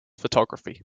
photography